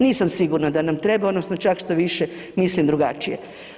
Nisam sigurna da nam treba odnosno čak štoviše mislim drugačije.